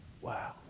Wow